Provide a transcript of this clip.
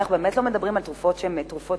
אנחנו באמת לא מדברים על תרופות שהן תרופות